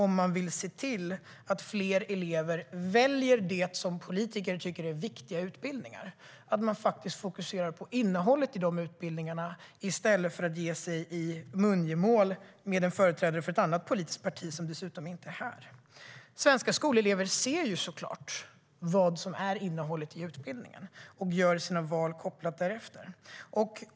Om man vill se till att elever väljer det politiker tycker är viktiga utbildningar tror jag att det vore förtjänstfullt för debatten att faktiskt fokusera på innehållet i dessa utbildningar i stället för att ge sig in i mungemäng med en företrädare för ett annat politiskt parti - som dessutom inte är här. Svenska skolelever ser såklart vad som är innehållet i utbildningarna, och de gör sina val därefter.